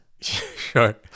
sure